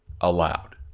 allowed